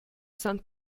san